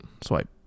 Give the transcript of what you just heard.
swipe